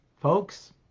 folks